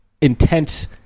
intense